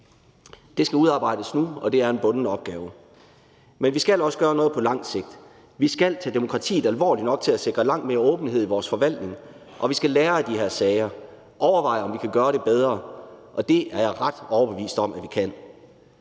Det skal udarbejdes nu, og det er en bunden opgave. Men vi skal også gøre noget på lang sigt. Vi skal tage demokratiet alvorligt nok til at sikre langt mere åbenhed i vores forvaltning, og vi skal lære af de her sager og overveje, om vi kan gøre det bedre. Det er jeg ret overbevist om at vi kan.